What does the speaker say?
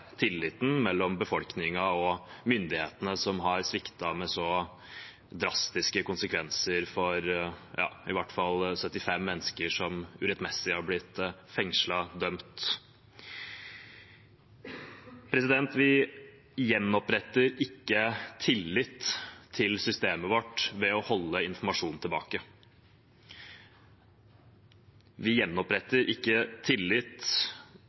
tilliten mellom befolkningen og myndighetene, som har sviktet – med så drastiske konsekvenser for i hvert fall 75 mennesker, som urettmessig har blitt fengslet og dømt. Vi gjenoppretter ikke tillit til systemet vårt ved å holde informasjon tilbake. Vi gjenoppretter ikke tillit